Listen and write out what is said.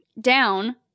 down